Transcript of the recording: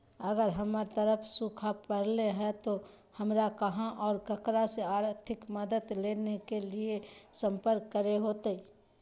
अगर हमर तरफ सुखा परले है तो, हमरा कहा और ककरा से आर्थिक मदद के लिए सम्पर्क करे होतय?